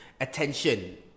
attention